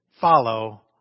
follow